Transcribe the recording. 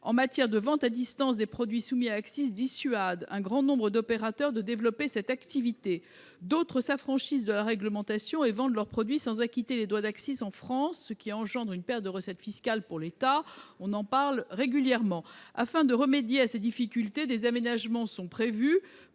en matière de vente à distance de produits soumis à accises dissuade un grand nombre d'opérateurs de développer cette activité ; d'autres s'affranchissent de la réglementation et vendent leurs produits sans acquitter les droits d'accises en France, ce qui entraîne une perte de recettes fiscales pour l'État. Afin de remédier à ces difficultés, les aménagements suivants